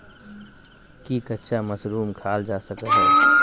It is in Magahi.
की कच्चा मशरूम खाल जा सको हय?